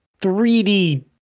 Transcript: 3D